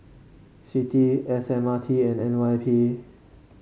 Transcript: C T S M R T and N Y P